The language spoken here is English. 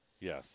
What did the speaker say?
Yes